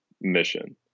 mission